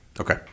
Okay